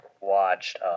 watched